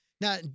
Now